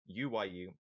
UYU